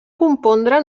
compondre